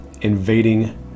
invading